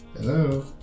Hello